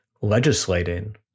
legislating